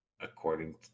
According